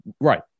Right